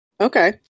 Okay